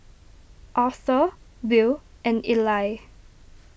Arthur Bill and Ely